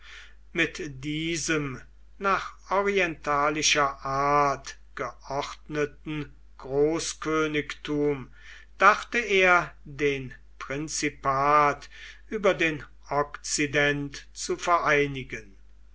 mit diesem nach orientalischer art geordneten großkönigtum dachte er den prinzipat über den okzident zu vereinigen